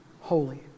holy